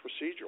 procedural